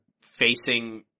facing